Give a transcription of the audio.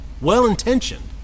well-intentioned